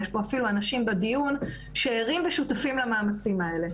יש פה אפילו אנשים בדיון שערים ושותפים למאמצים האלה.